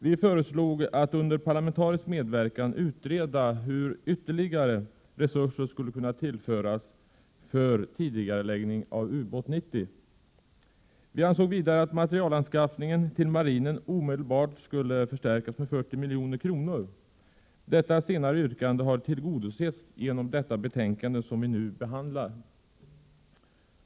Vi föreslog att det under parlamentarisk medverkan utreds hur ytterligare resurser skulle kunna tillföras för tidigareläggning av Ubåt 90. Vi ansåg vidare att materielanskaffningen till marinen omedelbart skulle förstärkas med 40 milj.kr. Detta yrkande har tillgodosetts i det betänkande som vi nu behandlar.